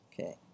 Okay